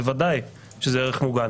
ודאי שזה ערך מוגן.